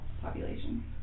population